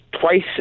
twice